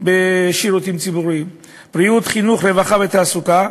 בשירותים ציבוריים: בריאות, חינוך, רווחה ותעסוקה.